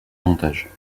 montage